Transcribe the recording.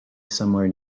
somewhere